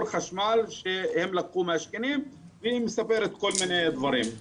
חשמל שהם לקחו מהשכנים והיא מספרת כל מני דברים.